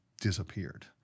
disappeared